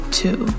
two